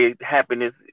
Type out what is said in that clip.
happiness